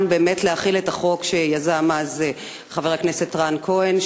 להחיל את החוק שיזם אז חבר הכנסת רן כהן,